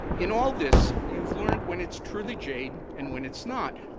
in all this, you've learned when it's truly jade and when it's not.